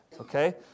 Okay